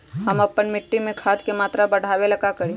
हम अपना मिट्टी में खाद के मात्रा बढ़ा वे ला का करी?